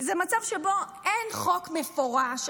היא מצב שבו אין חוק מפורש,